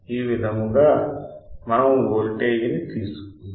ఈ విధముగా మనము వోల్టేజ్ ని తీసుకుంటాం